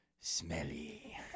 smelly